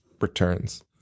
returns